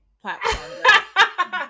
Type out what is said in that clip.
platform